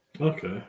Okay